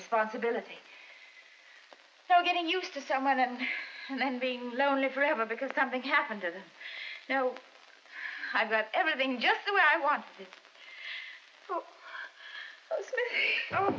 responsibility so getting used to someone and then being lonely forever because something happened doesn't know i've got everything just the way i want just so